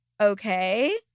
Okay